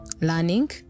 learning